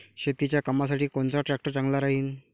शेतीच्या कामासाठी कोनचा ट्रॅक्टर चांगला राहीन?